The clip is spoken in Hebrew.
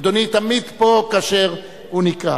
אדוני תמיד פה כאשר הוא נקרא.